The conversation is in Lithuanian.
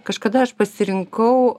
kažkada aš pasirinkau